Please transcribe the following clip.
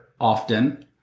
often